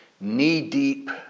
knee-deep